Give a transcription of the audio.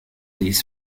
these